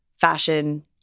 fashion